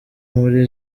muri